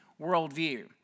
worldview